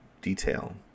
detail